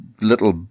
little